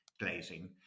glazing